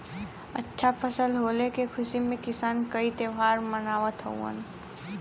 अच्छा फसल होले के खुशी में किसान कई त्यौहार मनावत हउवन